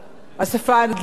והשפה הצרפתית,